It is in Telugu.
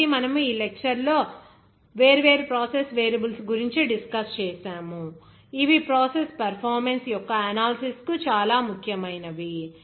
కాబట్టి మనము ఈ లెక్చర్ లో వేర్వేరు ప్రాసెస్ వేరియబుల్స్ గురించి డిస్కస్ చేసాము ఇవి ప్రాసెస్ పెర్ఫార్మన్స్ యొక్క అనాలిసిస్ కు చాలా ముఖ్యమైనవి